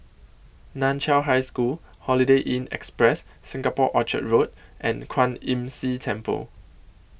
NAN Chiau High School Holiday Inn Express Singapore Orchard Road and Kwan Imm See Temple